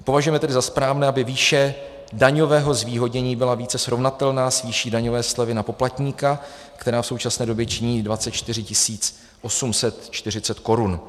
Považujeme tedy za správné, aby výše daňového zvýhodnění byla více srovnatelná s výší daňové slevy na poplatníka, která v současné době činí 24 840 korun.